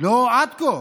היא לא, עד כה.